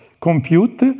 compute